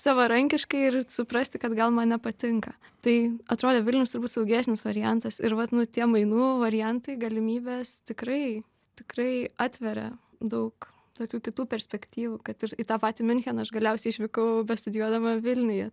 savarankiškai ir suprasti kad gal man nepatinka tai atrodė vilnius turbūt saugesnis variantas ir vat nu tie mainų variantai galimybės tikrai tikrai atveria daug tokių kitų perspektyvų kad ir į tą patį miuncheną aš galiausiai išvykau bestudijuodama vilniuje